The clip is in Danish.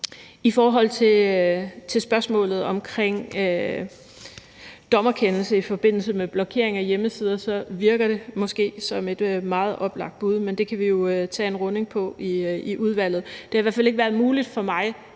i forhold til spørgsmålet omkring dommerkendelser i forbindelse med blokering af hjemmesider virker det måske som et meget oplagt bud, men det kan vi jo tage en runding på i udvalget. Men det har i hvert fald ikke været muligt for mig